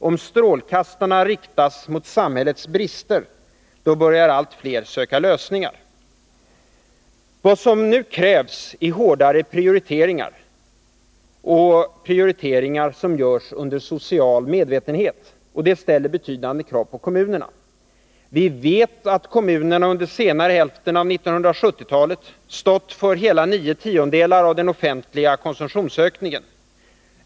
Om strålkastarna riktas mot samhällets brister börjar allt fler söka lösningar. Vad som nu krävs är hårdare prioriteringar och prioriteringar som görs under social medvetenhet. Detta ställer betydande krav på kommunerna. Nr 30 Vi vet att kommunerna under senare hälften av 1970-talet stått för hela nio tiondelar av den offentliga konsumtionsökningen.